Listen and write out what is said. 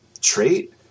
trait